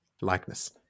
likeness